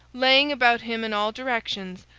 laying about him in all directions,